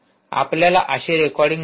आपल्याला अशी रेकॉर्डिंग नको आहे